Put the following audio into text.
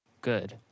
Good